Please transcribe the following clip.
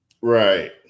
right